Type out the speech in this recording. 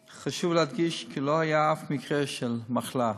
1. חשוב להדגיש כי לא היה אף מקרה אחד של מחלה,